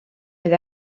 oedd